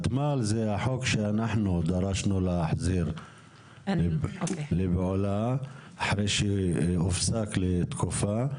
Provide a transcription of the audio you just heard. ותמ"ל זה החוק שאנחנו דרשנו להחזיר לפעולה אחרי שהופסק לתקופה,